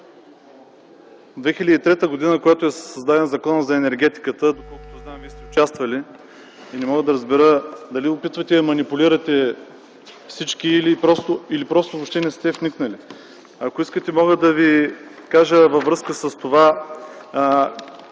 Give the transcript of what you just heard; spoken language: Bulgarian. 2003 г., когато е създаден Законът за енергетиката, доколкото знам, Вие сте участвал и не мога да разбера дали опитвате да манипулирате всички или просто въобще не сте вникнал. Ако искате, мога да Ви кажа във връзка с това